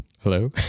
Hello